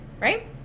Right